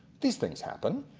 these things happen.